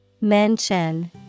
Mention